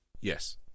Yes